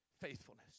faithfulness